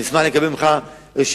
אני אשמח לקבל ממך רשימה,